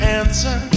answer